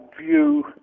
view